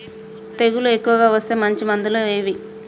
తెగులు ఎక్కువగా వస్తే మంచి మందులు ఏవి?